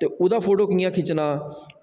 ते ओह्दा फोटो कियां खिच्चना